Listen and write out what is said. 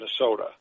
Minnesota